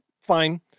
Fine